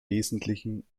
wesentlichen